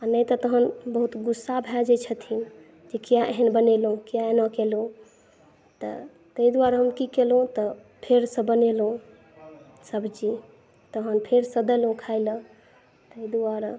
आ नहि तऽ तहन बहुत ग़ुस्सा भए जाइ छथिन की किया एहन बनेलहुँ किया एना केलहुँ तऽ तैं दुआरे हम की केलहुँ तऽ फेरसॅं बनेलहुँ सब्ज़ी तहन फेरसॅं देलहुँ खाय लऽ तैं दुआरे